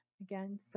Again